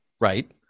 right